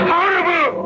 Horrible